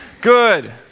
Good